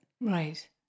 Right